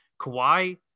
Kawhi